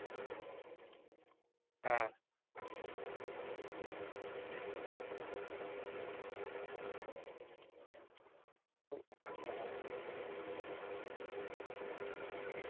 ᱦᱚᱸ ᱚ